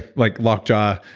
like lockjaw,